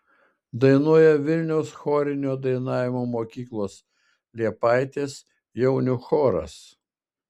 dainuoja vilniaus chorinio dainavimo mokyklos liepaitės jaunių choras